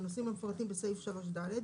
בנושאים המפורטים בסעיף 3(ד),